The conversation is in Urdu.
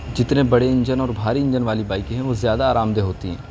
جتنے بڑے انجن اور بھاری انجن والی بائکیں ہیں وہ زیادہ آرام دہ ہوتی ہیں